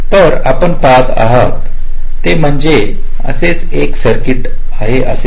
तर आपण पहात आहोत ते म्हणजे असेच एक सर्किटआहे असे म्हणा